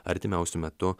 artimiausiu metu